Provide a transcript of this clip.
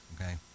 Okay